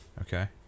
Okay